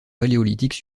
paléolithique